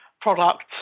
product